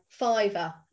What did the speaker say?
Fiverr